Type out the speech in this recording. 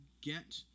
get